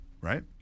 Right